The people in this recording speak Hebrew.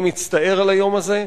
אני מצטער על היום הזה,